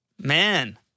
Man